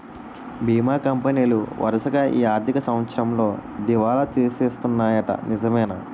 బీమా కంపెనీలు వరసగా ఈ ఆర్థిక సంవత్సరంలో దివాల తీసేస్తన్నాయ్యట నిజమేనా